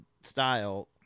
style